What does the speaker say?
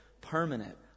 permanent